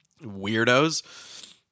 weirdos